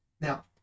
Now